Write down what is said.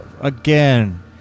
Again